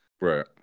Right